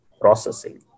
processing